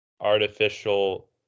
artificial